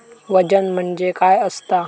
वजन म्हणजे काय असता?